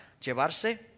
llevarse